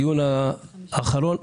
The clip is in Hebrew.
בדיון האחרון,